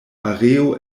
areo